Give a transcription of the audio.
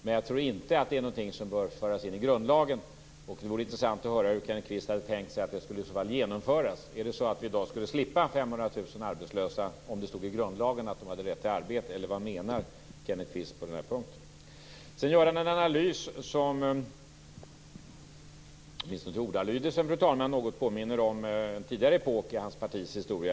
Men jag tror inte att det här är något som bör föras in i grundlagen. Det vore intressant att höra hur Kenneth Kvist hade tänkt sig att det i så fall skall genomföras. Är det så att vi i dag skulle slippa 500 000 arbetslösa om det stod i grundlagen att dessa hade rätt till arbete eller vad menar Kenneth Kvist på den här punkten? Sedan gör han en analys som åtminstone till ordalydelsen, fru talman, något påminner om en tidigare epok i hans partis historia.